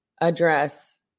address